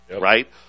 right